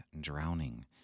drowning